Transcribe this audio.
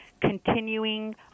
continuing